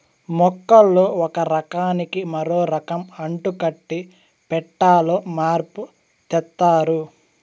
మొక్కల్లో ఒక రకానికి మరో రకం అంటుకట్టి పెట్టాలో మార్పు తెత్తారు